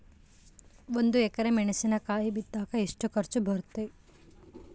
ಒಂದು ಎಕರೆ ಮೆಣಸಿನಕಾಯಿ ಬಿತ್ತಾಕ ಎಷ್ಟು ಖರ್ಚು ಬರುತ್ತೆ?